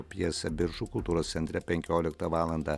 pjesę biržų kultūros centre penkioliktą valandą